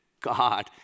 God